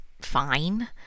fine